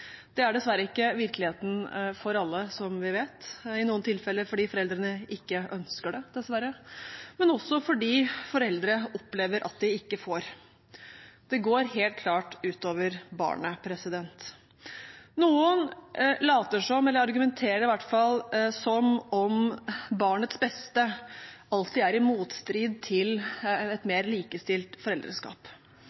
Det er dessverre ikke virkeligheten for alle, som vi vet – i noen tilfeller fordi foreldrene ikke ønsker det, dessverre, men også fordi foreldre opplever at de ikke får anledning. Det går helt klart ut over barnet. Noen later som om – eller argumenterer, i hvert fall, som om – barnets beste alltid er i motstrid til et